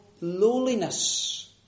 lowliness